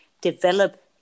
develop